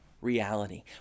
reality